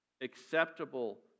acceptable